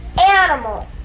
animal